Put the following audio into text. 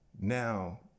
now